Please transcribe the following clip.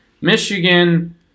Michigan